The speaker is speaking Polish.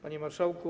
Panie Marszałku!